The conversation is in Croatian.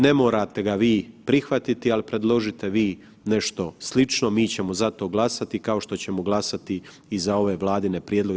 Ne morate ga vi prihvatiti, ali predložiti vi nešto slično mi ćemo za to glasati kao što ćemo glasati i za ove vladine prijedloge.